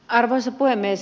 arvoisa puhemies